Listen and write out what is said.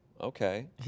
okay